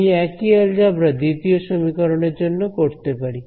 আমি একই অ্যালজেবরা দ্বিতীয় সমীকরণের জন্য করতে পারি